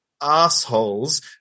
assholes